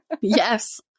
yes